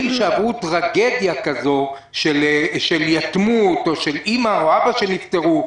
של טרגדיה כזו של יתמות או של אימא או אבא שנפטרו?